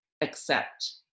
accept